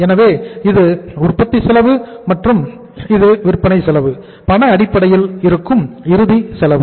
எனவே இது உற்பத்தி செலவு மற்றும் இது விற்பனை செலவு பண அடிப்படையில் இருக்கும் இறுதி செலவு